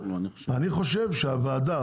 אני חושב שהוועדה,